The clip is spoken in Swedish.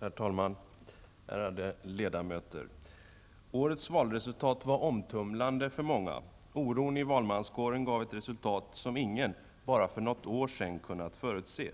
Herr talman, ärade ledamöter! Årets valresultat var omtumlande för många. Oron i den svenska valmanskåren gav ett resultat, som ingen bara för något år sedan kunde förutse.